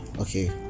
okay